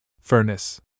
Furnace